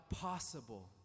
possible